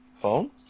phone